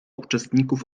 uczestników